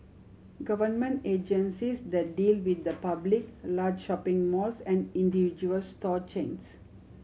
government agencies that deal with the public large shopping malls and individual store chains